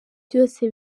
byose